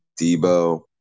Debo